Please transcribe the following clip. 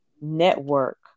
network